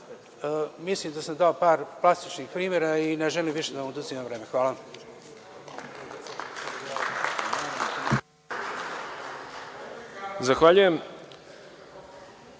rad. Mislim da sam dao par plastičnih primera i ne želim više da vam oduzimam vreme. Hvala vam.